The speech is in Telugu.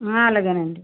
అలాగే అండి